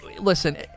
Listen